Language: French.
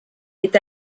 est